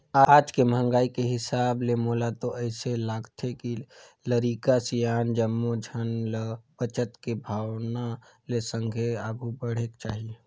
आज के महंगाई के हिसाब ले मोला तो अइसे लागथे के लरिका, सियान जम्मो झन ल बचत के भावना ले संघे आघु बढ़ेक चाही